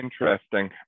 Interesting